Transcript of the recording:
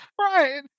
right